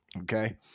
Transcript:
okay